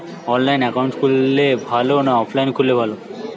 অনলাইনে একাউন্ট খুললে ভালো না অফলাইনে খুললে ভালো?